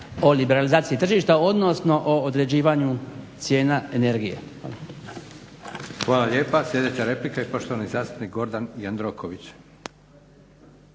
o liberalizaciji tržišta, odnosno o određivanju cijena energije.